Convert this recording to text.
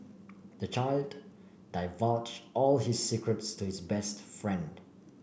the child divulge all his secrets to his best friend